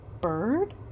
Bird